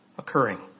Occurring